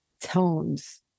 tones